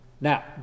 Now